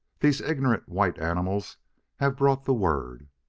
these ignorant, white animals have brought the word.